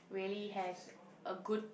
really has a good